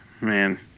man